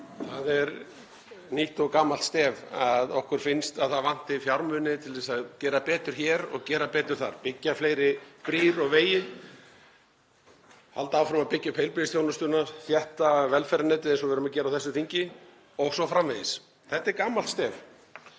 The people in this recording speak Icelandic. Það er nýtt og gamalt stef að okkur finnist að það vanti fjármuni til að gera betur hér og gera betur þar; byggja fleiri brýr og vegi, halda áfram að byggja upp heilbrigðisþjónustu, þétta velferðarnetið eins og við erum að gera á þessu þingi o.s.frv. Þetta er gamalt stef.